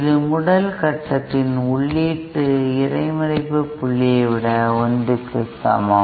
இது முதல் கட்டத்தின் உள்ளீட்டு இடைமறிப்பு புள்ளியை விட 1 க்கு சமம்